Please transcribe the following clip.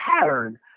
pattern